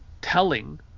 telling